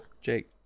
Jake